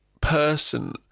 person